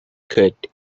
could